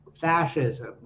fascism